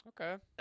Okay